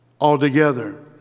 altogether